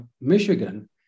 Michigan